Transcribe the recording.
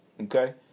Okay